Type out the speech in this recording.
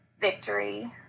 victory